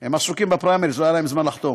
הם עסוקים בפריימריז, לא היה להם זמן לחתום.